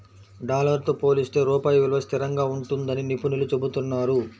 dollar తో పోలిస్తే రూపాయి విలువ స్థిరంగా ఉంటుందని నిపుణులు చెబుతున్నారు